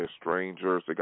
strangers